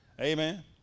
Amen